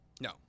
No